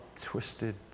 twisted